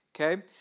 Okay